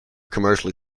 commercially